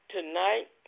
Tonight